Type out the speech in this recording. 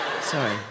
Sorry